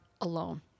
alone